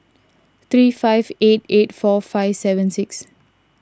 three five eight eight four five seven six